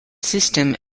system